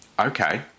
okay